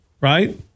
right